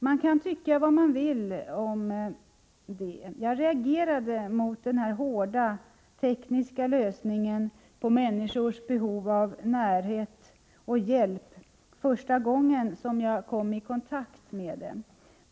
Man kan tycka vad man vill om det. Jag reagerade mot den hårda tekniska lösningen på människors behov av närhet och hjälp första gången som jag kom i kontakt med den.